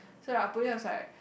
so like the police was like